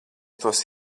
tos